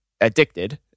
addicted